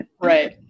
Right